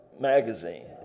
magazine